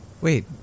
Wait